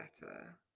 better